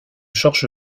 george